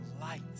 light